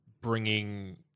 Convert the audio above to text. bringing